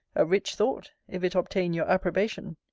a rich thought, if it obtain your approbation!